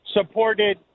supported